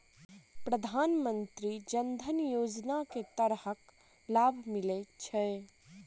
प्रधानमंत्री जनधन योजना मे केँ तरहक लाभ मिलय छै?